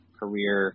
career